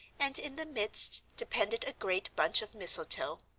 and in the midst depended a great bunch of mistletoe.